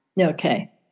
Okay